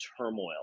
turmoil